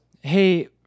Hey